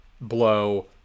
blow